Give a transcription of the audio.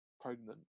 pregnant